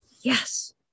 Yes